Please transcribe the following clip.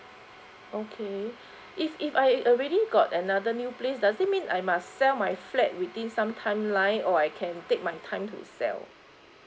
okay if if I already got another new place does it mean I must sell my flat within some timeline or I can take my time to sell